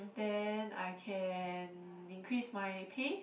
then I can increase my pay